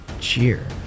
cheer